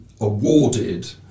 awarded